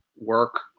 work